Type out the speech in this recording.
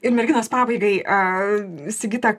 ir merginos pabaigai a sigita